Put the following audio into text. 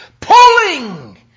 pulling